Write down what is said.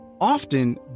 Often